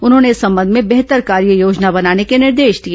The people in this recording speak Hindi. उन्होंने इस संबंध में बेहतर कार्ययोजना बनाने के निर्देश दिए